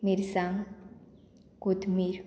मिरसांग कोथमीर